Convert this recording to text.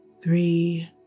three